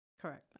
Correct